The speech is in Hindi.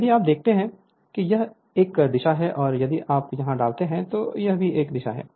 यदि आप देखते हैं कि यह एक दिशा है और यदि आप यहाँ डालते हैं तो यह भी दिशा है